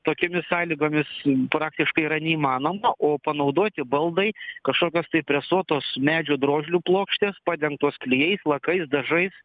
tokiomis sąlygomis praktiškai yra neįmanoma o panaudoti baldai kažkokios tai presuotos medžio drožlių plokštės padengtos klijais lakais dažais